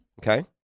Okay